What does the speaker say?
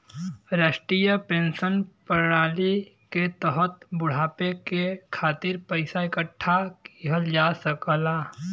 राष्ट्रीय पेंशन प्रणाली के तहत बुढ़ापे के खातिर पइसा इकठ्ठा किहल जा सकला